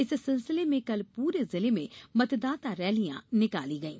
इस सिलसिले में कल पूरे जिले में मतदाता रैलियां निकाली गयी